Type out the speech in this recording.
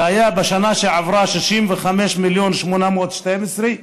שהיה בשנה שעברה 65.812 מיליון